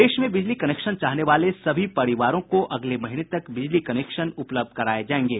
देश में बिजली कनेक्शन चाहने वाले सभी परिवारों को अगले महीने तक बिजली कनेक्शन उपलब्ध कराये जायेंगे